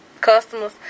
Customers